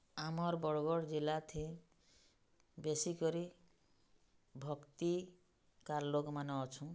ଆମର୍ ବରଗଡ଼୍ ଜିଲ୍ଲାଥି ବେଶୀ କରି ଭକ୍ତିକାର୍ ଲୋକମାନେ ଅଛୁଁ